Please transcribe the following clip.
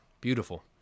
beautiful